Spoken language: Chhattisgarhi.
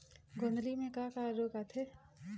गोंदली म का का रोग आथे?